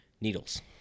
needles